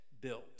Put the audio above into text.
built